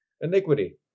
iniquity